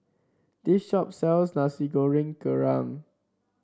this shop sells Nasi Goreng Kerang